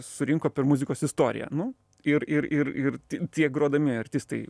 surinko per muzikos istoriją nu ir ir ir ir tie grodami artistai